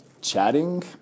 chatting